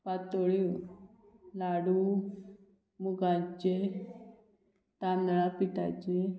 पातोळ्यो लाडू मुगाचे तांदळां पिठाची